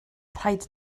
rhaid